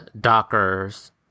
dockers